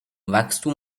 wachstum